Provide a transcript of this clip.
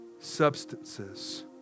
substances